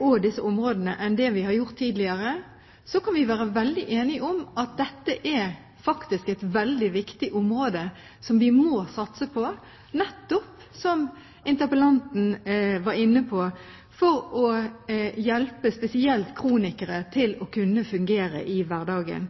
og disse områdene nå enn det vi har gjort tidligere. Så kan vi være enige om at dette er et veldig viktig område som vi må satse på, nettopp – som interpellanten var inne på – for å hjelpe spesielt kronikere til å kunne fungere i hverdagen.